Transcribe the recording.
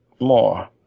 more